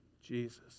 Jesus